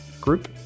Group